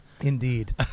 Indeed